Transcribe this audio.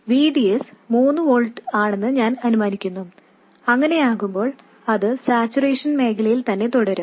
V D S 3 volt ആണെന്ന് ഞാൻ അനുമാനിക്കുന്നു അങ്ങനെയാകുമ്പോൾ അത് സാച്ചുറേഷൻ മേഖലയിൽ തന്നെ തുടരും